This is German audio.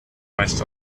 meist